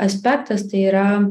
aspektas tai yra